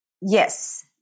Yes